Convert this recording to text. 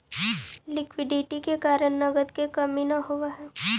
liquidity के कारण नगद के कमी न होवऽ हई